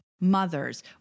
mothers